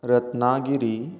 Ratnagiri